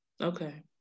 okay